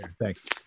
Thanks